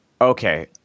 Okay